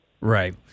Right